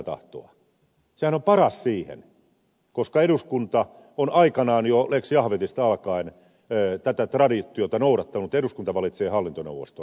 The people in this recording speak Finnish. sehän on paras siihen koska eduskunta on aikanaan jo lex jahvetista alkaen tätä traditiota noudattanut että eduskunta valitsee hallintoneuvoston